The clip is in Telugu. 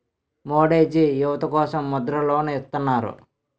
మోడీజీ యువత కోసం ముద్ర లోన్ ఇత్తన్నారు